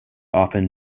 often